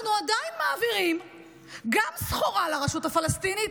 אנחנו עדיין מעבירים סחורה לרשות הפלסטינית,